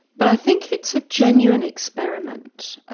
but i think it's a genuine experiment.